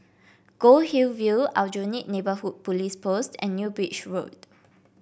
Goldhill View Aljunied Neighbourhood Police Post and New Bridge Road